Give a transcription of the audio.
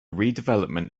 redevelopment